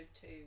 two